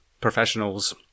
professionals